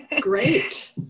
Great